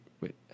wait